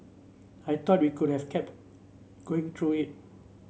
I thought we could have kept going through it